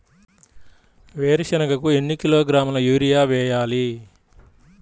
వేరుశనగకు ఎన్ని కిలోగ్రాముల యూరియా వేయాలి?